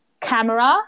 camera